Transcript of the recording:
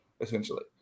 essentially